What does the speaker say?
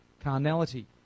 carnality